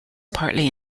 partly